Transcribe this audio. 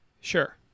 Sure